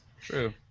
True